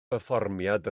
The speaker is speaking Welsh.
berfformiad